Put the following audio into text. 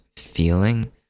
feeling